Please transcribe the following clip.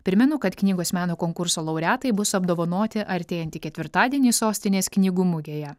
primenu kad knygos meno konkurso laureatai bus apdovanoti artėjantį ketvirtadienį sostinės knygų mugėje